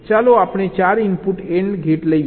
ચાલો આપણે ૪ input AND gate કહીએ